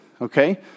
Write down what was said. okay